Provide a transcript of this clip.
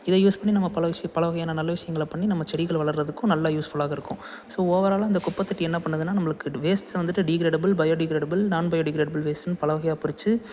இத யூஸ் பண்ணி நம்ம பல விஷி பல வகையான நல்ல விஷயங்கள பண்ணி நம்ம செடிகளை வளர்கிறதுக்கும் நல்ல யூஸ்ஃபுல்லாக இருக்கும் ஸோ ஓவராலாக இந்த குப்பத் தொட்டி என்ன பண்ணுதுன்னா நம்மளுக்கு வேஸ்ட்டை வந்துட்டு டிக்ரேடபுள் பயோடிக்ரேடபுள் நான் பயோடிக்ரேடபுள் வேஸ்ட்ன்னு பல வகையாக பிரித்து